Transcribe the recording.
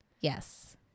Yes